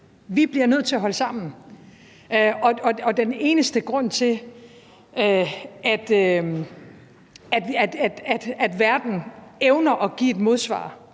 Vi bliver nødt til at holde sammen! Og den eneste grund til, at verden evner at give et modsvar